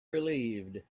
relieved